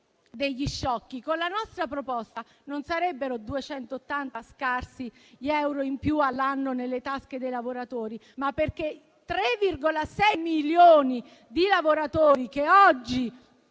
degli sciocchi. Con la nostra proposta non sarebbero 280 scarsi gli euro in più all'anno nelle tasche dei lavoratori, perché 3,6 milioni di lavoratori che oggi